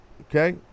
okay